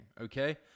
Okay